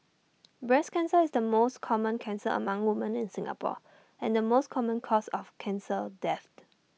breast cancer is the most common cancer among woman in Singapore and the most common cause of cancer death